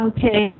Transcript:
Okay